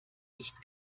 nicht